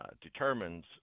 determines